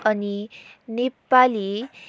अनि नेपाली